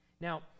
Now